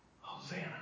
Hosanna